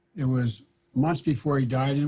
it was months before he died. and